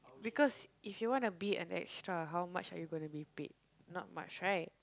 because if you want to be an extra how much are you gonna be paid not much right